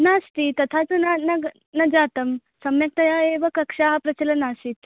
नास्ति तथा तु न न जातं सम्यक्तया एव कक्षाः प्रचलनासीत्